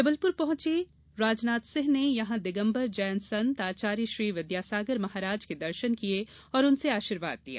जबलपुर पहुंचे राजनाथ सिंह ने यहां दिगम्बर जैन संत आचार्य श्री विद्यासागर महाराज के दर्शन किए और उनसे आशीर्वाद लिया